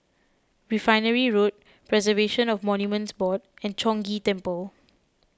Refinery Road Preservation of Monuments Board and Chong Ghee Temple